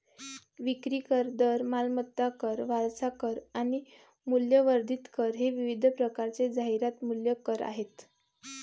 विक्री कर, दर, मालमत्ता कर, वारसा कर आणि मूल्यवर्धित कर हे विविध प्रकारचे जाहिरात मूल्य कर आहेत